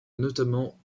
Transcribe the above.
notamment